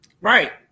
Right